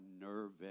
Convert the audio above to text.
nervous